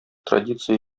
традиция